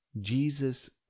Jesus